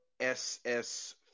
ss